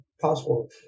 possible